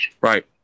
Right